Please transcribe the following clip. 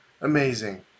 Amazing